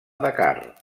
dakar